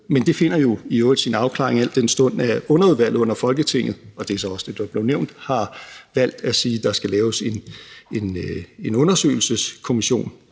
Men det finder jo i øvrigt sin afklaring, al den stund at et underudvalg under Folketinget – det er så også det, der er blevet nævnt – har valgt at sige, at der skal laves en undersøgelseskommission